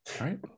right